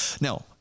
Now